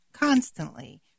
Constantly